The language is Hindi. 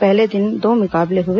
पहले दिन दो मुकाबले हए